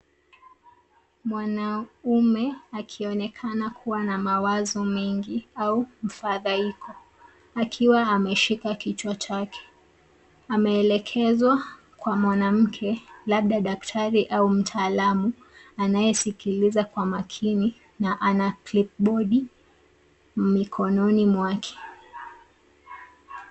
Mwanaume akionekana kuwa na mawazo mengi au mfadhaiko, akiwa ameshika kichwa chake. Ameelekezwa kwa mwanamke labda daktari au mtaalamu anayeskiliza kwa makini na ana kilipbodi mikononi mwake.